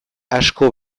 asko